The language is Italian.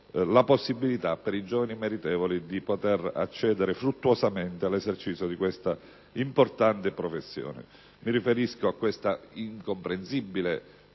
la possibilità per i giovani meritevoli di accedere fruttuosamente all'esercizio di questa importante professione. Mi riferisco all'incomprensibile